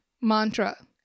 mantra